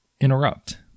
interrupt